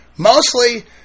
Mostly